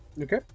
Okay